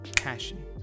passion